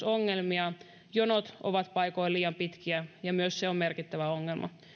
ongelmia jonot ovat paikoin liian pitkiä ja myös se on merkittävä ongelma